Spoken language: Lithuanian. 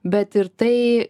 bet ir tai